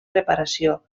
reparació